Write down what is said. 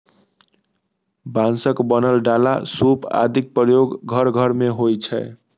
बांसक बनल डाला, सूप आदिक प्रयोग घर घर मे होइ छै